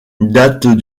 date